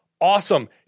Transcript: awesome